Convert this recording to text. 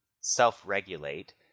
self-regulate